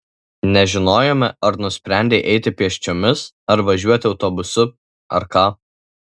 nežinojome ar nusprendei eiti pėsčiomis ar važiuoti autobusu ar ką